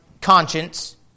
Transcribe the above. conscience